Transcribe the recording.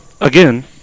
Again